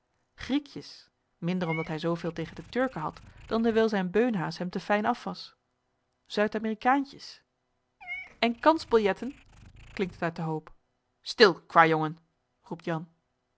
s minder omdat hij zoo veel tegen de turken had dan dewijl zijn beunhaas hem te fijn af was z u i d a m e r i k a a n t j e s en kansbiljetten klinkt het uit den hoop stil kwâ jongen roept jan